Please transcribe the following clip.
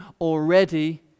already